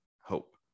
hope